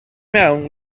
mewn